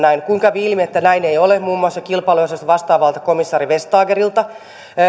näin kun kävi ilmi että näin ei ole muun muassa kilpailuasioista vastaavalta komissaari vestagerilta